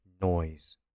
noise